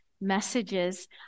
messages